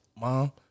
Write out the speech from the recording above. Mom